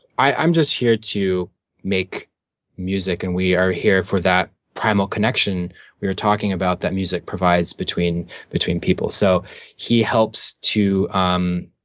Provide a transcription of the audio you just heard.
i'm just here to make music and we are here for that primal connection we were talking about that music provides between between people. so he helps to um